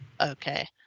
Okay